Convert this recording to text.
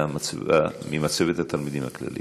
ממצבת התלמידים הכללית.